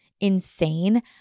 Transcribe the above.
insane